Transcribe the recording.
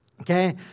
Okay